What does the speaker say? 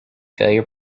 failure